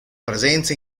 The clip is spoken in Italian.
presenza